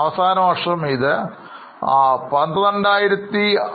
അവസാനവർഷം ഇത് 12660 ആയിരിക്കുന്നു